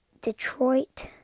Detroit